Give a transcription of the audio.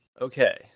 Okay